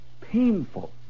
painful